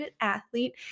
athlete